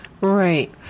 Right